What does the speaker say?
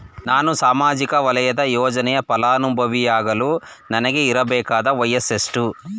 ನಾನು ಸಾಮಾಜಿಕ ವಲಯದ ಯೋಜನೆಯ ಫಲಾನುಭವಿಯಾಗಲು ನನಗೆ ಇರಬೇಕಾದ ವಯಸ್ಸುಎಷ್ಟು?